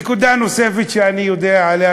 נקודה נוספת שאני יודע עליה,